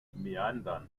meandern